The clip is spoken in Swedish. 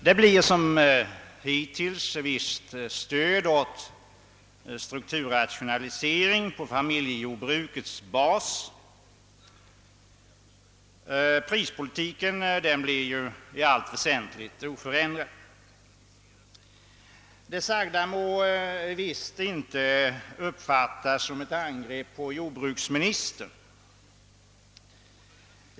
Det blir som hittills ett visst stöd åt strukturrationalisering på familjejordbrukets bas, och prispolitiken blir i allt väsentligt oförändrad. Det sagda må visst inte uppfattas som ett angrepp på jordbruksministern.